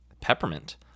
peppermint